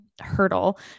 hurdle